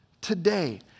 today